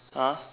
!huh!